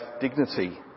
dignity